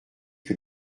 que